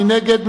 מי נגד?